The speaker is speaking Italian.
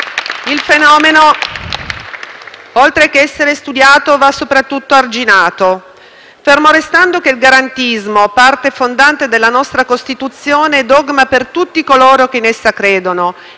Il fenomeno, oltre che essere studiato, deve essere soprattutto arginato. Fermo restando che il garantismo, parte fondante della nostra Costituzione e dogma per tutti coloro che in essa credono,